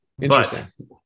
Interesting